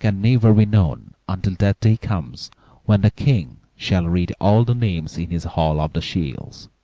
can never be known until that day comes when the king shall read all the names in his hall of the shields.